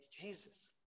Jesus